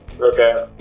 Okay